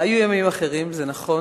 היו ימים אחרים, זה נכון.